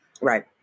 right